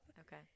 Okay